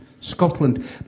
Scotland